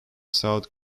south